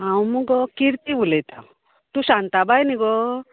हांव मुगो किर्ती उलयतां तूं शांताबाय न्ही गो